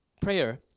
prayer